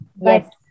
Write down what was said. Yes